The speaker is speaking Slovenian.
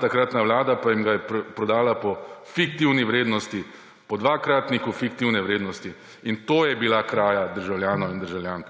takratna vlada pa jim ga je prodala po fiktivni vrednosti, po dvakratniku fiktivne vrednosti. To je bila kraja državljankam in državljanom!